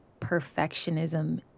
perfectionism